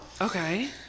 Okay